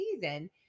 season